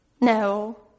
No